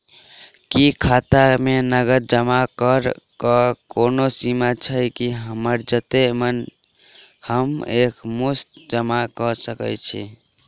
की खाता मे नगद जमा करऽ कऽ कोनो सीमा छई, की हमरा जत्ते मन हम एक मुस्त जमा कऽ सकय छी?